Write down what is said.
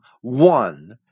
one